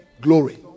glory